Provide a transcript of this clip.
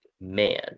man